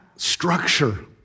structure